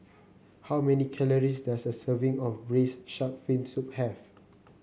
how many calories does a serving of Braised Shark Fin Soup have